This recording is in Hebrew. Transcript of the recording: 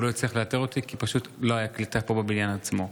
והוא לא הצליח לאתר אותי כי פשוט לא הייתה קליטה בבניין עצמו.